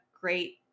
great